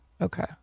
okay